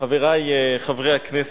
חברי חברי הכנסת,